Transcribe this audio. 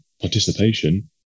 participation